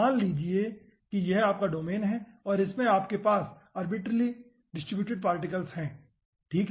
मान लीजिए कि यह आपका डोमेन है और इसमें आप के पास अर्बीट्रली डिस्ट्रिब्यूटेड पार्टिकल्स हैं ठीक है